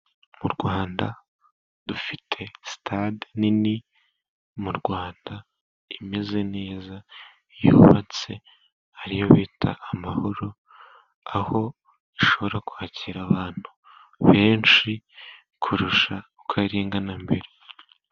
Mu Rwanda dufite sitade nini imeze neza yubatswe ariyo bita Amahoro aho ishobora kwakira abantu benshi kurushaho kurenza na mbere.